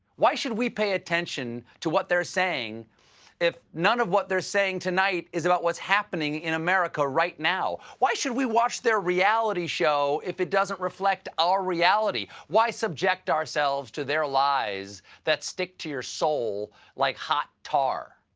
why should we pay attention to what they're saying if none of what they're saying tonight is about what's happening in america right now? why should we watch their reality show if it doesn't reflect our reality? why subject ourselves to their lies that stick to your soul like hot tar?